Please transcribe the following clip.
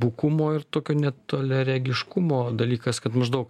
bukumo ir tokio netoliaregiškumo dalykas kad maždaug